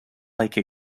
like